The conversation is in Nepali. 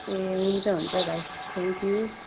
ए हुन्छ हुन्छ भाइ थ्याङ्क यू